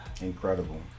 Incredible